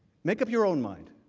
make up your own mind.